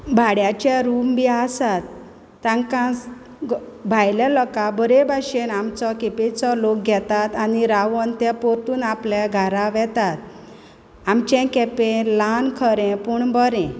भाड्याचे room बी आसात तांकां भायल्या लोकांक बोरे बाशेन आमचो केपेंचो लोक घेतात आनी रावोन ते पोतून आपल्या घारा वेतात आमचें केपें ल्हान खरें पूण बरें